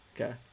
Okay